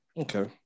okay